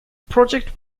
project